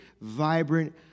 vibrant